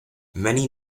many